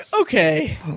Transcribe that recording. okay